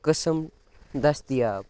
قٕسٕم دٔستِیاب